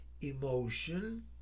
emotion